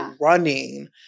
running